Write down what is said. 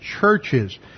churches